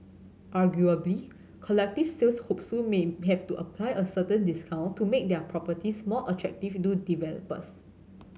arguably collective sales hopefuls may have to apply a certain discount to make their properties more attractive to developers